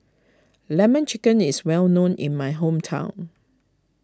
Lemon Chicken is well known in my hometown